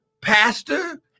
pastor